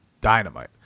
dynamite